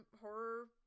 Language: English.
horror